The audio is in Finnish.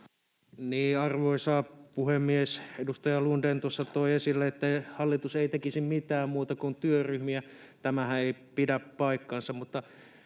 Arvoisa puhemies! Edustaja Lundén tuossa toi esille, että hallitus ei tekisi mitään muuta kuin työryhmiä. Tämähän ei pidä paikkaansa.